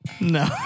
No